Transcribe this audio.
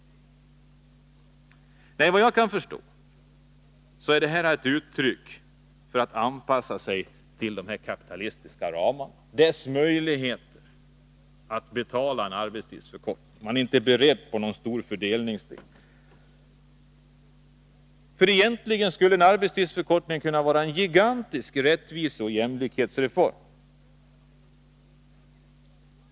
Enligt vad jag kan förstå är interpellationssvaret uttryck för en önskan att anpassa sig till de kapitalistiska ramarna och möjligheten att betala en arbetstidsförkortning. Man är inte beredd på någon stor fördelningspolitik. Egentligen skulle en arbetstidsförkortning kunna vara en gigantisk rättviseoch jämlikhetsreform.